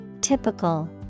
typical